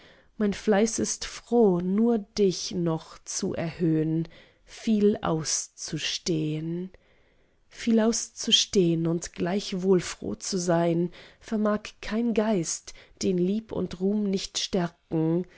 mein fleiß ist froh nur dich noch zu erhöhn viel auszustehn viel auszustehn und gleichwohl froh zu sein vermag kein geist den lieb und ruhm nicht stärken